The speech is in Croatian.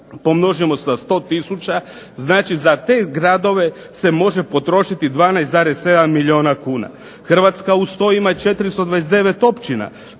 pomnožimo sa 100000, znači za te gradove se može potrošiti 12,7 milijuna kuna. Hrvatska uz to ima 429 općina